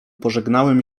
pożegnałem